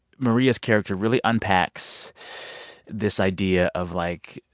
maria's character really unpacks this idea of, like,